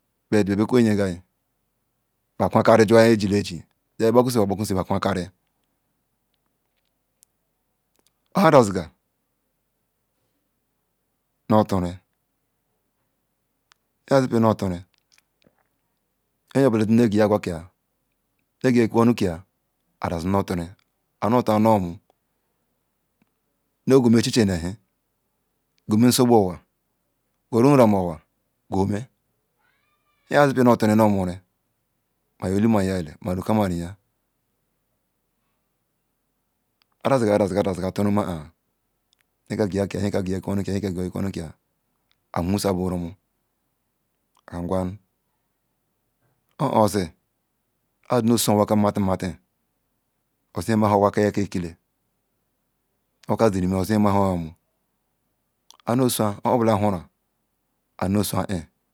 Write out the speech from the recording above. Babekur oyegayi ba kwe karie nyijeje juja nye barkwurusiba bar kuer kary adsziga mutury azipeno mgawryr agwa ke na gweye ikwiony ka adaza ni tun aretu nomu nogwr lichre hu thie gwema nsongba over goeie nraimovwr gwome ige are noture no worl free myz ola ma ngali adaziga adazugi turimaah nyzter gways ewiony nyalla garega pricaronu ko amuzakos ruma agrarnu oah ozi azinoso owaka ninati nmote ozi ma nla owaya ka ekile owaka ekeile owaka zi reme ozinyema nha eqormu anusoa obala a hars anusoa eh.